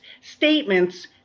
statements